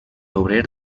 obrer